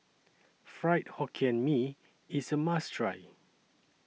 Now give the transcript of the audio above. Fried Hokkien Mee IS A must Try